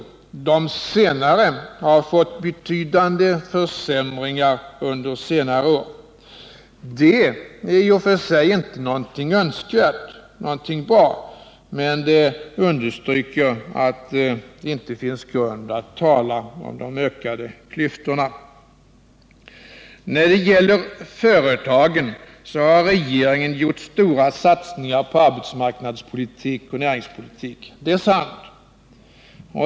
De senare har fått betydande försämringar under senare år. Det är inte i och för sig någonting önskvärt eller bra, men det visar att det inte finns grund att tala om ökade klyftor. Regeringen har gjort stora satsningar på arbetsmarknadspolitik och näringspolitik. Det är sant.